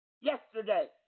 yesterday